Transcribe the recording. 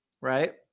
right